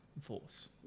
force